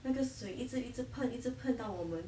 那个水一直一直喷一直喷到我们